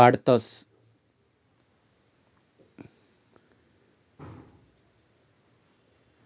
बठ्ठी देय रक्कम भरानंतर जारीकर्ताना उरेल व्याजना इक्विटी शेअर्स बनाडतस